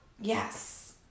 yes